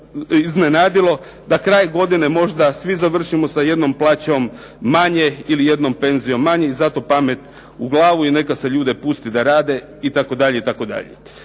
da kraj godine možda svi završimo sa jednom plaćom manje ili jednom penzijom manje i zato pamet u glavu i neka se ljude pusti da rade itd.,